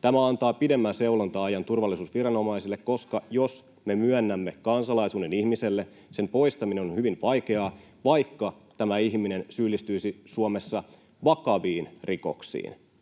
Tämä antaa pidemmän seulonta-ajan turvallisuusviranomaisille, koska jos me [Eva Biaudet: Big brother!] myönnämme kansalaisuuden ihmiselle, sen poistaminen on hyvin vaikeaa, vaikka tämä ihminen syyllistyisi Suomessa vakaviin rikoksiin,